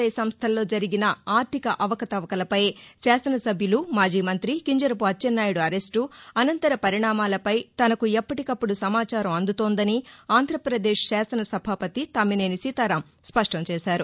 I సంస్థల్లో జరిగిన ఆర్థిక అవకతవకలపై శాసన సభ్యుడు మాజీ మంతి కింజరపు అచ్చెన్నాయుడు అరెస్టు అనంతర పరిణామాలపై తనకు ఎప్పటికప్పుడు సమాచారం అందుతోందని ఆంధ్రాపదేశ్ శాసన సభాపతి తమ్మినేని సీతారాం స్పష్టం చేశారు